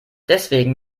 deswegen